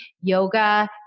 yoga